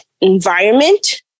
environment